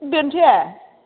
दोनसै